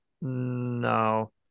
no